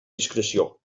discreció